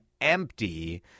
empty